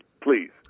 please